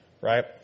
Right